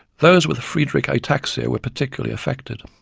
those with friedreich's ataxia were particularly affected.